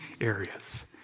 areas